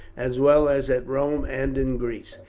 as well as at rome and in greece,